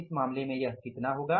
इस मामले में यह कितना होगा